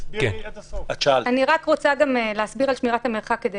על שמירת המרחק, כדי